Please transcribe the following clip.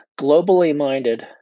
globally-minded